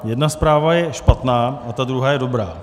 Jedna zpráva je špatná a ta druhá je dobrá.